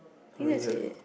think that's it